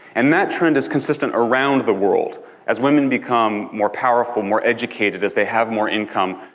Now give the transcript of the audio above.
and that trend is consistent around the world as women become more powerful, more educated, as they have more income.